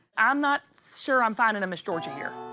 i'm not sure i'm finding a miss georgia here.